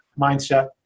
mindset